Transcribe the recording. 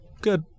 good